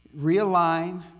realign